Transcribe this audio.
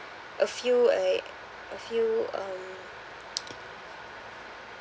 a few err a few um